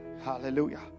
Hallelujah